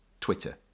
Twitter